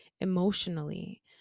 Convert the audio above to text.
emotionally